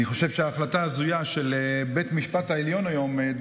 אני חושב שההחלטה ההזויה של בית המשפט העליון היום,